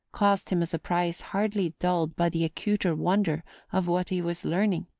caused him a surprise hardly dulled by the acuter wonder of what he was learning.